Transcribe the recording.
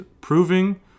proving